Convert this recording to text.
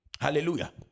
hallelujah